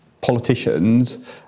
politicians